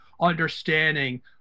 understanding